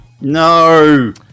No